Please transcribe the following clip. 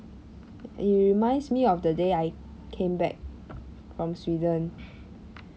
it reminds me of the day I came back from sweden